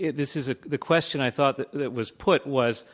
this is a, the question i thought that that was put was,